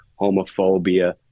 homophobia